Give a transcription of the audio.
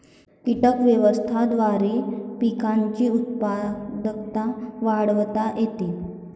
कीटक व्यवस्थापनाद्वारे पिकांची उत्पादकता वाढवता येते